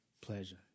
pleasure